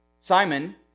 Simon